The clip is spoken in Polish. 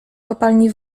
kopalni